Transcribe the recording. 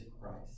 Christ